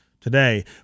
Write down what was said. today